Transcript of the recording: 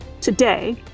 today